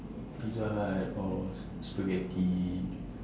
pizza hut or spaghetti